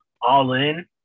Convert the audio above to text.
all-in